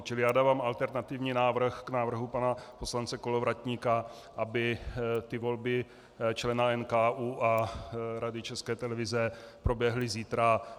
Čili já dávám alternativní návrh k návrhu pana poslance Kolovratníka, aby volby člena NKÚ a Rady České televize proběhly zítra ve 12.45.